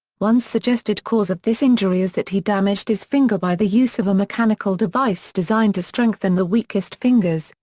one suggested cause of this injury is that he damaged his finger by the use of a mechanical device designed to strengthen the weakest fingers,